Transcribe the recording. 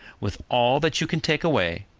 with all that you can take away,